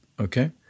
okay